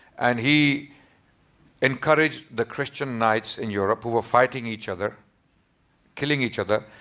and he encouraged the christian knights in europe, who were fighting each other killing each other.